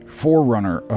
forerunner